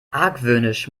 argwöhnisch